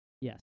Yes